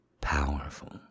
powerful